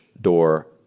door